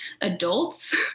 adults